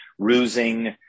rusing